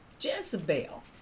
Jezebel